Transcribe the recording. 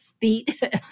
beat